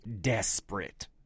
desperate